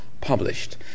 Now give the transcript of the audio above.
published